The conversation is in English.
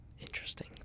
Interesting